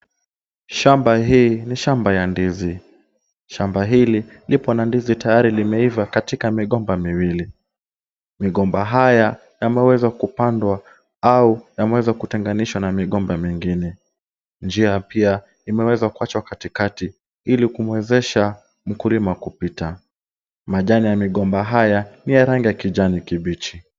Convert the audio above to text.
Shamba hii ni shamba ya ndizi. Shamba hili lipo na ndizi tayari limeiva katika migomba miwili. Migomba haya yamewezwa kupandwa au yameweza kutenganishwa na migomba mingine. Njia pia imewezwa kuachwa katikati ili kumuwezesha mkulima kupita. Majani ya migomba haya ni ya rangi ya kijani kibichi.